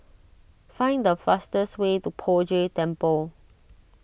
find the fastest way to Poh Jay Temple